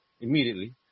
immediately